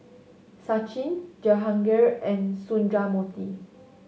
Sachin Jehangirr and Sundramoorthy